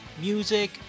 music